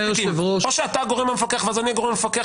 או שאתה הגורם המפקח ואז אני הגורם המפקח